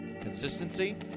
consistency